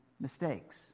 mistakes